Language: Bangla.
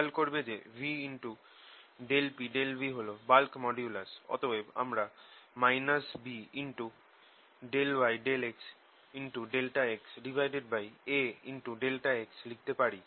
খেয়াল করবে যে v∂p∂v হল বাল্ক মডুলাস অতএব আমরা BA∂y∂x∆xA∆x লিখতে পারি